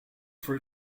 for